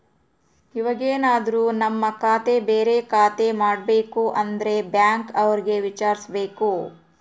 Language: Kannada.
ಇವಾಗೆನದ್ರು ನಮ್ ಖಾತೆ ಬೇರೆ ಖಾತೆ ಮಾಡ್ಬೇಕು ಅಂದ್ರೆ ಬ್ಯಾಂಕ್ ಅವ್ರಿಗೆ ವಿಚಾರ್ಸ್ಬೇಕು